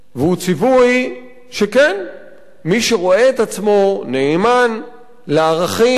והוא ציווי שמי שרואה את עצמו נאמן לערכים,